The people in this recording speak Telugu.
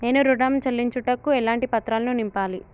నేను ఋణం చెల్లించుటకు ఎలాంటి పత్రాలను నింపాలి?